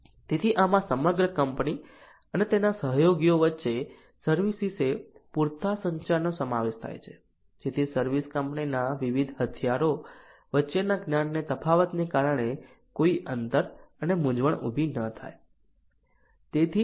તેથી આમાં સમગ્ર કંપની અને તેના સહયોગીઓ વચ્ચે સર્વિસ વિશે પૂરતા સંચારનો સમાવેશ થાય છે જેથી સર્વિસ કંપનીના વિવિધ હથિયારો વચ્ચેના જ્ઞાનના તફાવતને કારણે કોઈ અંતર અને મૂંઝવણ ભી ન થાય